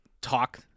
talk